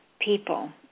people